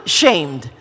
shamed